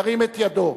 ירים את ידו.